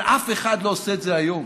אבל אף אחד לא עושה את זה היום.